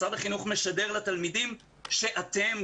משרד החינוך משדר לתלמידים שאתם,